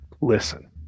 Listen